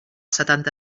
setanta